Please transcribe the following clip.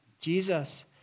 Jesus